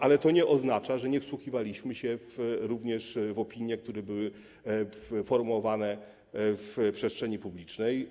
Ale to nie oznacza, że nie wsłuchiwaliśmy się również w opinie, które były formułowane w przestrzeni publicznej.